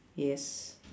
yes